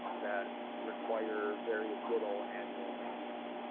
that require very little annual maintenance.